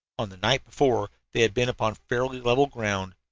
on the night before they had been upon fairly level ground,